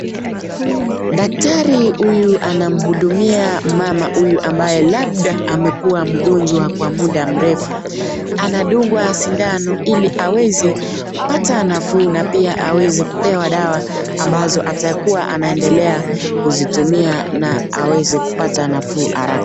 Daktari huyu anamhudumia mama huyu ambaye labda amekua mgonjwa kwa muda mrefu, anadugwa sindano ili aweze kupata nafuu na pia aweze kupewa dawa ambazo atakua anaendelea kuzitumia na aweze kupata nafuu haraka.